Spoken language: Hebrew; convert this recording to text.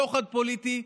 שוחד פוליטי,